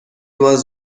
was